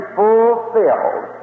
fulfilled